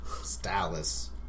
stylus